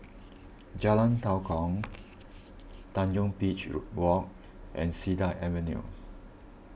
Jalan Tua Kong Tanjong Beach Walk and Cedar Avenue